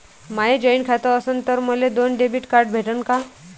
माय joint खातं असन तर मले दोन डेबिट कार्ड भेटन का?